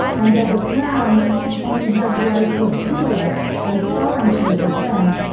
and that the crown only had rights of tutelage and sovereignty over them,